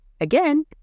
again